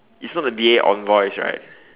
it's not the B_A on voice right